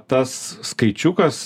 tas skaičiukas